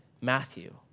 Matthew